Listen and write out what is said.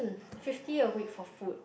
fifty a week for food